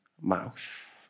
mouth